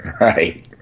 Right